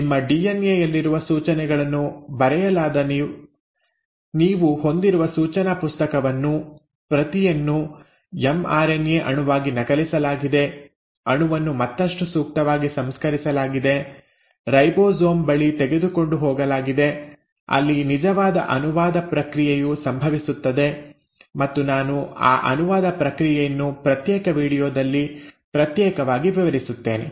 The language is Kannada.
ನಿಮ್ಮ ಡಿಎನ್ಎ ಯಲ್ಲಿರುವ ಸೂಚನೆಗಳನ್ನು ಬರೆಯಲಾದ ನೀವು ಹೊಂದಿರುವ ಸೂಚನಾ ಪುಸ್ತಕವನ್ನು ಪ್ರತಿಯನ್ನು ಎಮ್ಆರ್ಎನ್ಎ ಅಣುವಾಗಿ ನಕಲಿಸಲಾಗಿದೆ ಅಣುವನ್ನು ಮತ್ತಷ್ಟು ಸೂಕ್ತವಾಗಿ ಸಂಸ್ಕರಿಸಲಾಗಿದೆ ರೈಬೋಸೋಮ್ ಬಳಿ ತೆಗೆದುಕೊಂಡು ಹೋಗಲಾಗಿದೆ ಅಲ್ಲಿ ನಿಜವಾದ ಅನುವಾದ ಪ್ರಕ್ರಿಯೆಯು ಸಂಭವಿಸುತ್ತದೆ ಮತ್ತು ನಾನು ಆ ಅನುವಾದ ಪ್ರಕ್ರಿಯೆಯನ್ನು ಪ್ರತ್ಯೇಕ ವೀಡಿಯೊದಲ್ಲಿ ಪ್ರತ್ಯೇಕವಾಗಿ ವಿವರಿಸುತ್ತೇನೆ